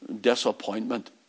disappointment